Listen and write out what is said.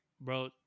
bro